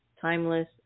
timeless